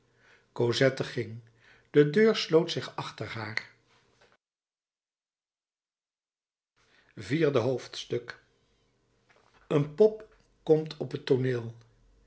cosette ging de deur sloot zich achter haar vierde hoofdstuk een pop komt op het tooneel